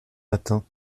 matin